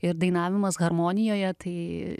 ir dainavimas harmonijoje tai